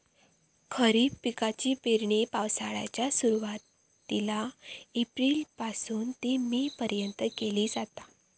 खरीप पिकाची पेरणी पावसाळ्याच्या सुरुवातीला एप्रिल पासून ते मे पर्यंत केली जाता